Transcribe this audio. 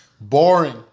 Boring